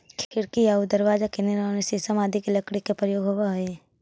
खिड़की आउ दरवाजा के निर्माण में शीशम आदि के लकड़ी के प्रयोग होवऽ हइ